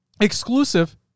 exclusive